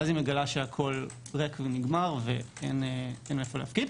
ואז היא מגלה שהכול ריק ונגמר ואין מאיפה להפקיד.